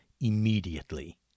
immediately